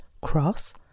cross